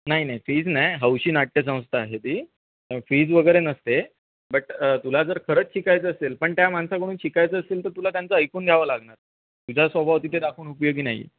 नाही नाही फीज नाही हौशी नाट्यसंस्था आहे ती फीज वगैरे नसते बट तुला जर खरंच शिकायचं असेल पण त्या माणसाकडून शिकायचं असेल तर तुला त्यांचं ऐकून घ्यावं लागणार तुझा स्वभाव तिथे दाखवून उपयोगी नाही आहे